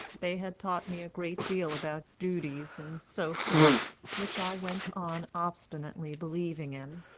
they had taught me a great deal about duties and so forth, which i went on obstinately believing in.